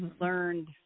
learned